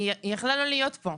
היא יכלה לא להיות פה,